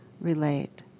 relate